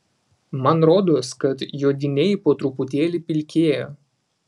man rodos kad juodiniai po truputėlį pilkėja